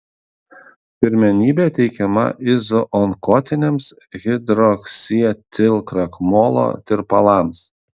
pirmenybė teikiama izoonkotiniams hidroksietilkrakmolo tirpalams